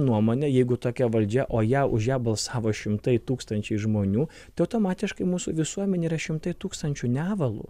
nuomonę jeigu tokia valdžia o ją už ją balsavo šimtai tūkstančiai žmonių tai automatiškai mūsų visuomenėj yra šimtai tūkstančių nevalų